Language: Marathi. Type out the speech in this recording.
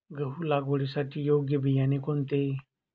गहू लागवडीसाठी योग्य बियाणे कोणते?